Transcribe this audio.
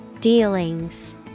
Dealings